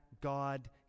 God